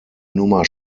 nummer